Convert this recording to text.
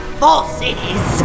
forces